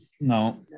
No